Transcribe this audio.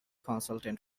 consultant